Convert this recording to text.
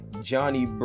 Johnny